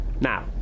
Now